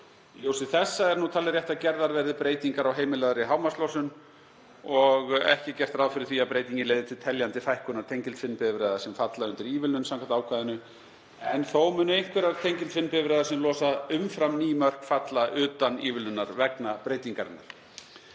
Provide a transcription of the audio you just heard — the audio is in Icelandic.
ljósi þessa er nú talið rétt að gerðar verði breytingar á heimilaðri hámarkslosun. Ekki er gert ráð fyrir því að breytingin leiði til teljandi fækkunar tengiltvinnbifreiða sem falla undir ívilnun samkvæmt ákvæðinu, en þó munu einhverjar tengiltvinnbifreiðar sem losa umfram ný mörk falla utan ívilnunar vegna breytingarinnar.